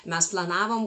mes planavom